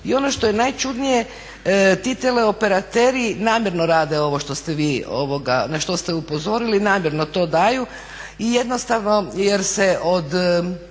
I ono što je najčudnije ti teleoperateri namjerno rade ovo na što ste vi upozorili, namjerno to daju jer se od